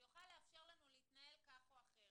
שיוכל לאפשר לנו להתנהל כך או אחרת.